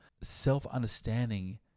self-understanding